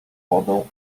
wodą